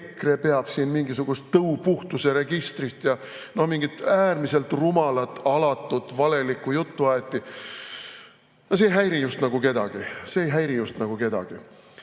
peab mingisugust tõupuhtuse registrit. Mingit äärmiselt rumalat, alatut, valelikku juttu aeti. No see ei häiri just nagu kedagi, see ei häiri just nagu kedagi.